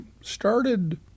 started